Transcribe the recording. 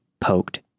poked